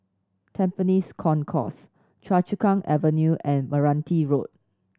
Tampines Concourse Choa Chu Kang Avenue and Meranti Road